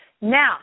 now